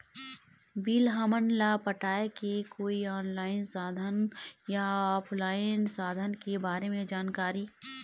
Bill हमन ला पटाए के कोई ऑनलाइन साधन या ऑफलाइन साधन के बारे मे जानकारी?